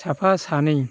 साफा सानै